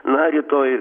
na rytoj